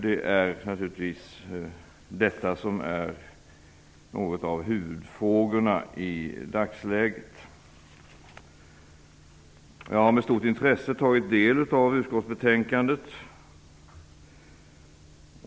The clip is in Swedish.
Det är naturligtvis detta som är något av huvudfrågan i dagsläget. Jag har med stort intresse tagit del av utskottsbetänkandet.